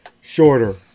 shorter